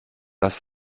das